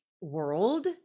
world